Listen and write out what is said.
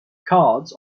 cards